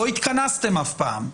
יאמרו שאף פעם לא התכנסתם,